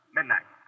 Midnight